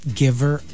giver